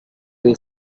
his